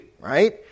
right